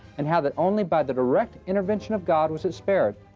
and how that only by the direct intervention of god was it spared.